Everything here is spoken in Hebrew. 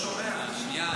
הוא לא שומע, שנייה.